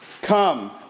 Come